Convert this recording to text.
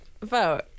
vote